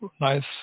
nice